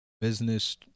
business